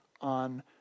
on